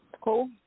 Cool